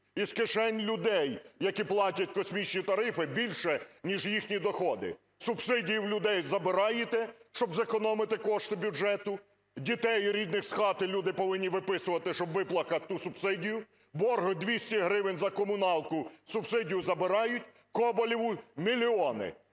Із кишень людей, які платять космічні тарифи більше ніж їхні доходи. Субсидії у людей забираєте, щоб зекономити кошти бюджету, дітей рідних з хати люди повинні виписувати, щоб виплатити ту субсидію. Борг 200 гривень за комуналку – субсидію забирають, Коболєву – мільйони.